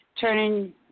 turning